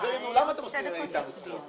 חברים, למה אתם עושים מאתנו צחוק?